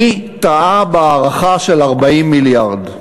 מי טעה בהערכה של 40 מיליארד?